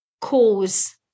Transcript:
cause